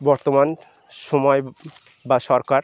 বর্তমান সময় বা সরকার